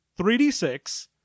3D6